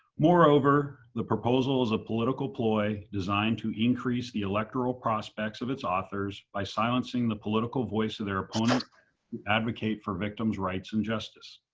moreover, the proposal is a political ploy designed to increase the electoral prospects of its authors by silencing the political voice of their ah advocate for victims rights and justice,